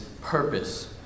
purpose